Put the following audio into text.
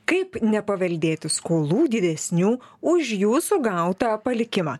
kaip nepaveldėti skolų didesnių už jūsų gautą palikimą